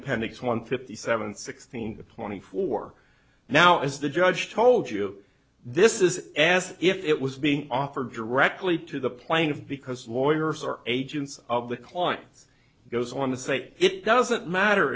appendix one fifty seven sixteen plenty for now is the judge told you this is as if it was being offered directly to the playing of because lawyers are agents of the client's goes on to say it doesn't matter